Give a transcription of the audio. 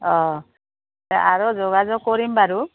অঁ আৰু যোগাযোগ কৰিম বাৰু